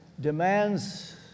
demands